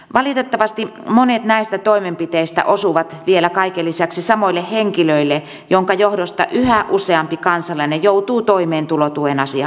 valitettavasti monet näistä toimenpiteistä osuvat vielä kaiken lisäksi samoille henkilöille minkä johdosta yhä useampi kansalainen joutuu toimeentulotuen asiakkaaksi